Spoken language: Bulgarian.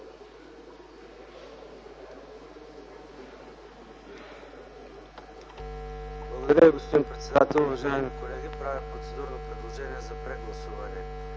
Благодаря Ви, господин председател. Уважаеми колеги, правя процедурно предложение за прегласуване